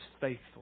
faithful